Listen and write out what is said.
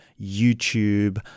YouTube